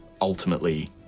ultimately